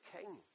king